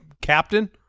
captain